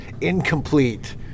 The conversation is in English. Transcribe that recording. incomplete